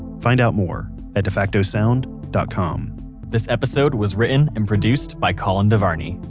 find out more at defactosound dot com this episode was written and produced by colin devarney,